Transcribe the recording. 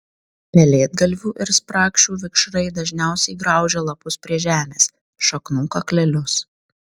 pelėdgalvių ir sprakšių vikšrai dažniausiai graužia lapus prie žemės šaknų kaklelius